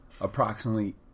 approximately